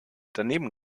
daneben